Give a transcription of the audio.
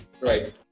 Right